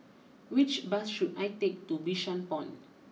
which bus should I take to Bishan Point